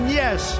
yes